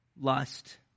lust